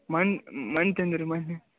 ಮನ್ ತಂದೇರಿ ಮೊನ್ನೆ